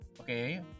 okay